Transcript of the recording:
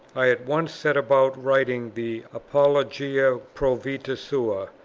i at once set about writing the apologia pro vita sua,